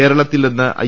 കേരള ത്തിൽനിന്ന് ഐ